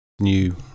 new